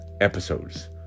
episodes